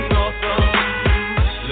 awesome